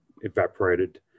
evaporated